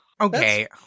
Okay